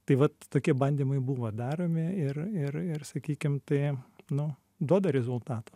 tai vat tokie bandymai buvo daromi ir ir ir sakykim tai nu duoda rezultatų